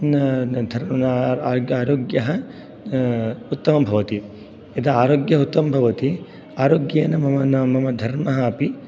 आरोग्यः उत्तमं भवति यदा आरोग्य उत्तमं भवति आरोग्येन मम न मम धर्मः अपि